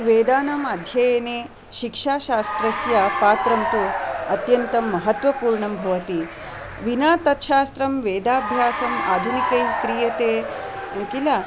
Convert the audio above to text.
वेदानाम् अध्ययने शिक्षाशास्त्रस्य पात्रं तु अत्यन्तं महत्त्वपूर्णं भवति विना तत्शास्त्रं वेदाभ्यासम् आधुनिकैः क्रियते किल